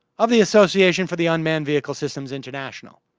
of the association for the unmanned vehicle systems international